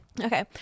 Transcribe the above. okay